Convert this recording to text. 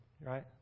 right